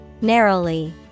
Narrowly